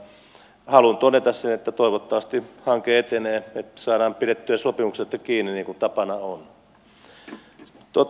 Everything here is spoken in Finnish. mutta haluan todeta sen että toivottavasti hanke etenee että saadaan pidettyä sopimuksesta kiinni niin kuin tapana on